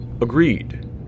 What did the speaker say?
Agreed